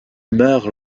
meurt